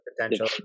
potential